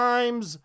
Times